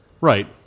Right